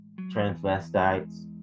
transvestites